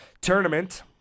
Tournament